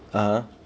(uh huh)